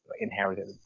inherited